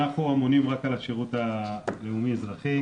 אנחנו אמונים רק על השירות הלאומי אזרחי.